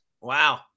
Wow